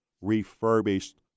refurbished